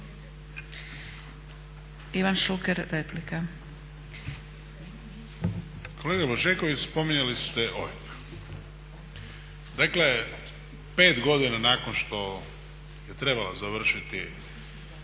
Ivan Šuker, replika.